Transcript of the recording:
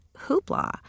hoopla